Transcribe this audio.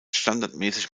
standardmäßig